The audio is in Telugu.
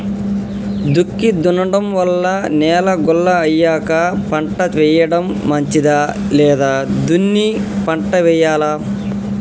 దుక్కి దున్నడం వల్ల నేల గుల్ల అయ్యాక పంట వేయడం మంచిదా లేదా దున్ని పంట వెయ్యాలా?